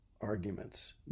arguments